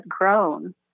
grown